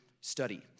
study